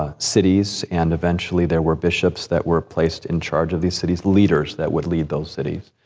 ah cities and eventually there were bishops that were placed in charge of these cities, leaders that would lead those cities.